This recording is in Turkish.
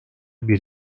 bir